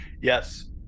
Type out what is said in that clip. Yes